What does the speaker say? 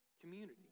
community